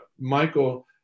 Michael